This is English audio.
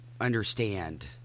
understand